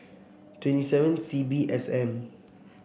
twenty seven C B S M